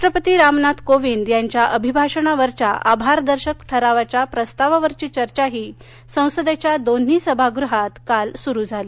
राष्ट्रपती रामनाथ कोविंद यांच्या अभिभाषणावरच्या आभारदर्शक ठरावाच्या प्रस्तावावरची चर्चा संसदेच्या दोन्ही सभागृहात काल सुरू झाली